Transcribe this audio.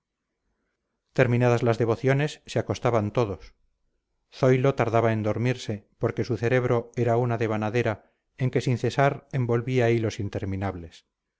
terminadas las devociones se acostaban todos zoilo tardaba en dormirse porque su cerebro era una devanadera en que sin cesar envolvía hilos interminables